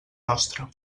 nostra